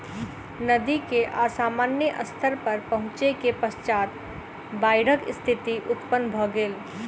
नदी के असामान्य स्तर पर पहुँचै के पश्चात बाइढ़क स्थिति उत्पन्न भ गेल